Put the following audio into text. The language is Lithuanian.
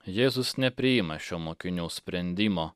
jėzus nepriima šio mokinių sprendimo